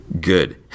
good